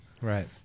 right